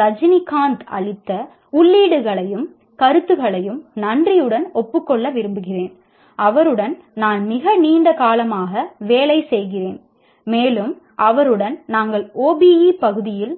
ராஜனிகாந்த் அளித்த உள்ளீடுகளையும் கருத்துகளையும் நன்றியுடன் ஒப்புக் கொள்ள விரும்புகிறேன் அவருடன் நான் மிக நீண்ட காலமாக வேலை செய்கிறேன்மேலும் அவருடன் நாங்கள் OBE பகுதியில்